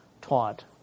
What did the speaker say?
taught